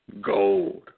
gold